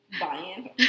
buying